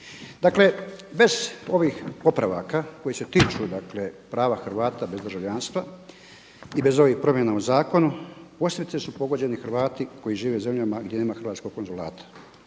Dakle bez ovih popravaka koji se tiču prava Hrvat bez državljanstva i bez ovih promjena u zakonu posebice su pogođeni Hrvati koji žive u zemljama gdje nema hrvatskog konzulata.